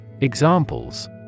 Examples